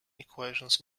equations